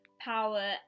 power